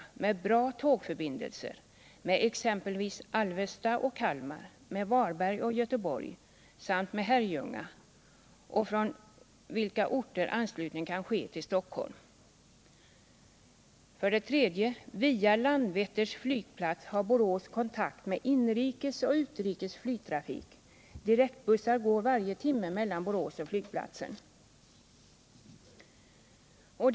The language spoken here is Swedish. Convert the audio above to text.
Det finns bra tågförbindelser med exempelvis Alvesta och Kalmar, med Varberg och Göteborg samt med Herrljunga, från vilka orter anslutning kan ske till Stockholm. Via Landvetters flygplats har Borås kontakt med inrikes och utrikes flygtrafik. Direktbussar går varje timme mellan Borås och flygplatsen.